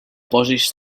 posis